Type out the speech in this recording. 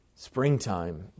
Springtime